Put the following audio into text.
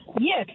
Yes